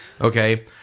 Okay